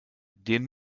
den